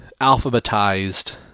alphabetized